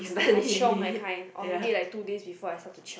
I chiong that kind of maybe like two days before I start to chiong